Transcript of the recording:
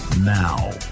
Now